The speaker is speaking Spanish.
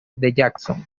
jackson